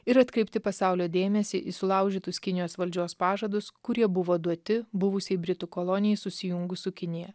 ir atkreipti pasaulio dėmesį į sulaužytus kinijos valdžios pažadus kurie buvo duoti buvusiai britų kolonijai susijungus su kinija